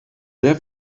sehr